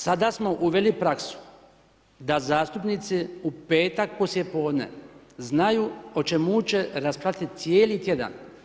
Sada smo uveli praksu da zastupnici u petak poslije podne znaju o čemu će raspravljati cijeli tjedan.